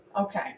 Okay